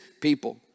people